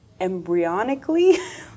embryonically